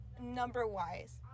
number-wise